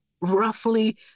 roughly